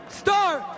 start